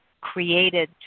created